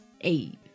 Eight